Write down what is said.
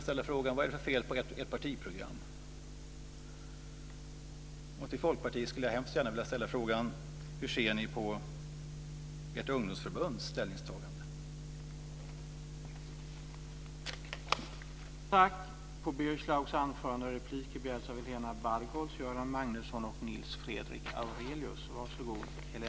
Till Folkpartiet vill jag hemskt gärna ställa frågan: Hur ser ni på ert ungdomsförbunds ställningstagande?